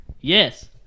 Yes